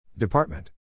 Department